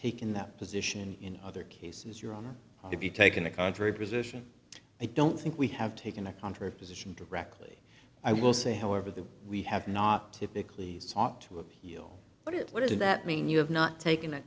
taken that position in other cases your honor to be taken a contrary position i don't think we have taken a contrary position to correctly i will say however that we have not typically sought to appeal but it what does that mean you have not taken a